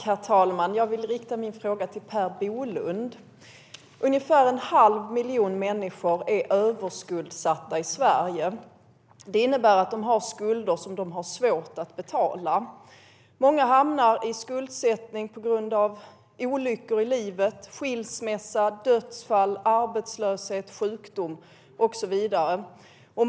Herr talman! Jag vill rikta min fråga till Per Bolund. Ungefär en halv miljon människor är överskuldsatta i Sverige. Det innebär att de har skulder som de har svårt att betala. Många hamnar i skuldsättning på grund av olyckor i livet. Det kan vara skilsmässa, dödsfall, arbetslöshet, sjukdom och så vidare.